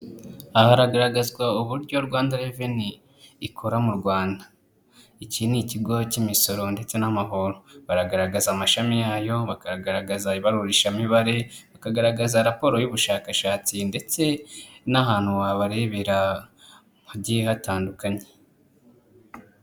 Aha haragaragazwa uburyo Rwanda Revenue ikora mu Rwanda, iki ni ikigo k'imisoro ndetse n'amahoro. Baragaragaza amashami yayo, bakagaragaza ibarurishamibare, bakagaragaza raporo y'ubushakashatsi, ndetse n'ahantu wabarebera hagiye hatandukanye.